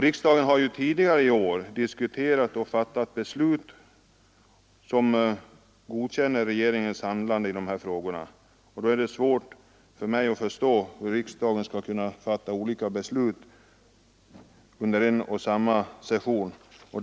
Riksdagen har ju tidigare i år diskuterat och fattat beslut om att godkänna regeringens handlande i dessa frågor. Det är då svårt för mig att förstå hur riksdagen skall kunna fatta olika beslut under en och samma session.